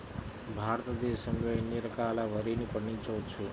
భారతదేశంలో ఎన్ని రకాల వరిని పండించవచ్చు